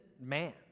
man